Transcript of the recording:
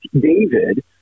David